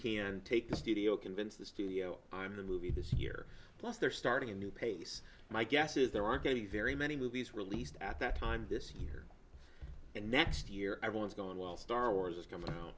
can take the studio convince the studio i'm the movie this year plus they're starting a new pace my guess is there are going to be very many movies released at that time this year and next year everyone's going well star wars is going o